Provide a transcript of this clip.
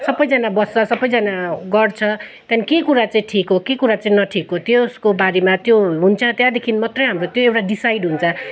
सबैजना बस्छ सबैजना गर्छ त्यहाँदेखि के कुरा चाहिँ ठिक हो के कुरा चाहिँ नठिक हो त्यसको बारेमा त्यो हुन्छ त्यहाँदेखि मात्र हाम्रो त्यो एउटा डिसाइड हुन्छ